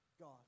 God